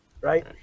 right